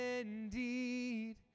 indeed